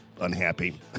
unhappy